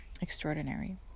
extraordinary